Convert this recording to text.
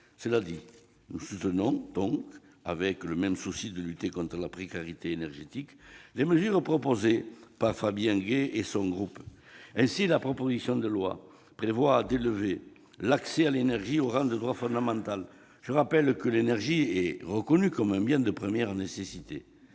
Cela dit, nous soutenons, avec le même souci de lutter contre la précarité énergétique, les mesures proposées par Fabien Gay et son groupe. Ainsi, la proposition de loi prévoit d'élever l'accès à l'énergie au rang de droit fondamental. Je rappelle que l'énergie est reconnue comme un bien de première nécessité.